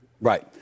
Right